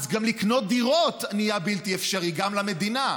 אז לקנות דירות נהיה בלתי אפשרי גם למדינה.